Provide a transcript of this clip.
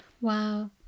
wow